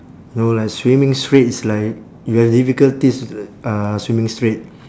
you know like swimming straight it's like you have difficulties uh swimming straight